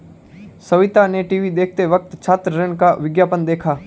सविता ने टीवी देखते वक्त छात्र ऋण का विज्ञापन देखा